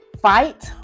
fight